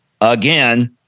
again